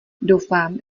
doufám